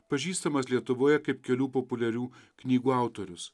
pažįstamas lietuvoje kaip kelių populiarių knygų autorius